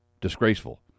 disgraceful